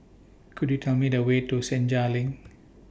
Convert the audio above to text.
Could YOU Tell Me The Way to Senja LINK